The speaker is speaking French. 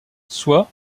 soit